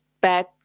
back